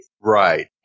Right